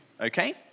okay